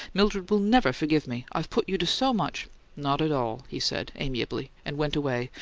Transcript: mildred'll never forgive me! i've put you to so much not at all, he said, amiably, and went away,